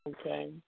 Okay